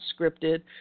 scripted